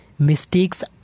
Mistakes